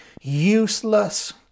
useless